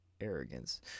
arrogance